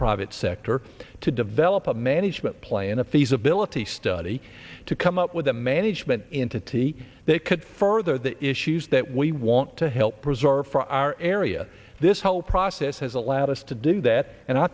private sector to develop a management plan a feasibility study to come up with a management into tea that could further the issues that we want to help preserve for our area this whole process has allowed us to do that and i